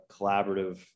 collaborative